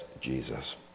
Jesus